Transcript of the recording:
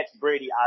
Brady